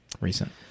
recent